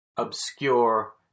obscure